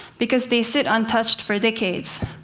because they sit untouched for decades.